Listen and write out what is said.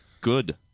Good